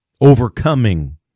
overcoming